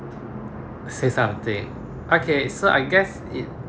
say something okay so I guess it